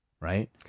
right